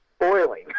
boiling